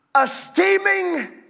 Esteeming